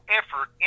effort